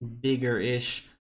bigger-ish